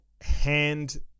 hand